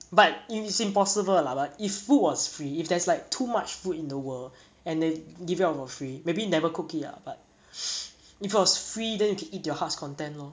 but y~ it's impossible lah but if food was free if there's like too much food in the world and they give it out for free maybe never cook it ah but because free then you can eat your heart's content lor